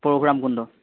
Parshuram Kund